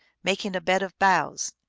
making a bed of boughs.